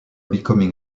becoming